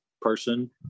person